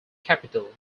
capital